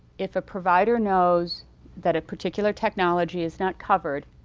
if a provider knows that a particular technology is not covered,